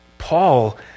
Paul